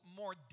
more